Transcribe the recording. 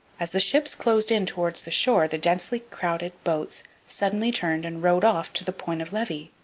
as the ships closed in towards the shore the densely crowded boats suddenly turned and rowed off to the point of levy.